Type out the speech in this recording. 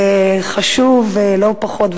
וחשוב לא פחות,